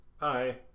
Bye